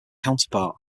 counterpart